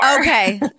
Okay